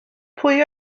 pwy